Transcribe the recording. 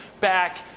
back